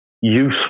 useful